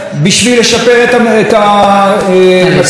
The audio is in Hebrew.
נא לסיים.